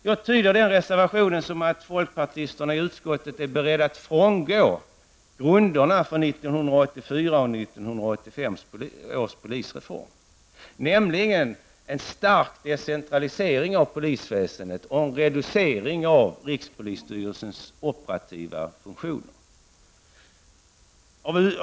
Jag tyder den reservationen som att folkpartisterna i utskottet är beredda att frångå grunderna för 1984/85 års polisreform, nämligen en stark decentralisering av polisväsendet och en reducering av rikspolisstyrelsens operativa funktioner.